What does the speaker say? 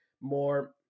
more –